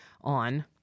on